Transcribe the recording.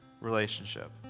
relationship